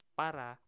para